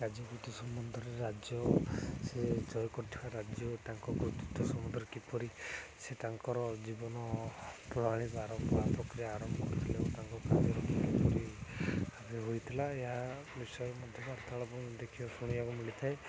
ରାଜ୍ୟ ସମ୍ବନ୍ଧରେ ରାଜ୍ୟ ସେ ଜୟ କରିଥିବା ରାଜ୍ୟ ତାଙ୍କ କୃତିତ୍ୱ ସମ୍ବନ୍ଧରେ କିପରି ସେ ତାଙ୍କର ଜୀବନ ପ୍ରଣାଳୀକୁ ଆରମ୍ଭ ଆରମ୍ଭ କରିଥିଲେ ଏବଂ ତାଙ୍କ କାର୍ଯ୍ୟରେ କି କିପରି ହୋଇଥିଲା ଏହା ବିଷୟରେ ମଧ୍ୟ ବାର୍ତ୍ତାଳାପ ଦେଖିବାକୁ ଶୁଣିବାକୁ ମିଳିଥାଏ